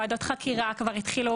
ועדות חקירה כבר התחילו,